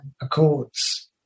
Accords